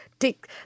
take